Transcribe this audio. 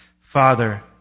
Father